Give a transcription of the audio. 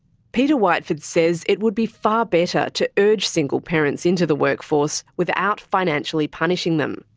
peter whiteford says it would be far better to urge single parents into the workforce, without financially punishing them.